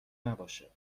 نباشه